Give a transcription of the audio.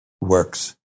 works